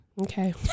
Okay